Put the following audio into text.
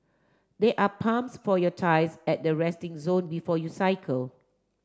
there are pumps for your tyres at the resting zone before you cycle